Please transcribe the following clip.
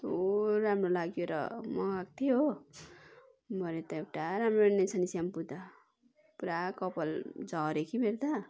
कस्तो राम्रो लागेर मगाएको थिएँ हो भरे त एउटा राम्रो रहेन रहेछ नि स्याम्पो त पुरा कपाल झऱ्यो कि मेरो त